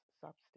substance